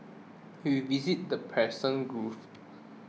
we visited the Persian Gulf